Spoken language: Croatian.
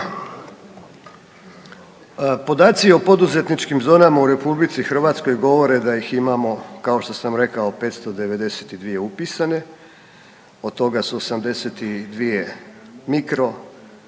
Podaci o poduzetničkim zonama u RH govore da ih imamo, kao što sam rekao, 592 upisane, od toga su 72 mikro,